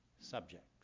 subjects